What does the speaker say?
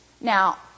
Now